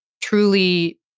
truly